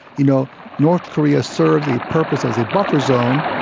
you know north korea serves a purpose as a buffer zone,